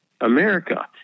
America